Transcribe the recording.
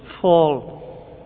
fall